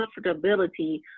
comfortability